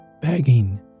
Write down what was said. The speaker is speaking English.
begging